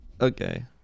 Okay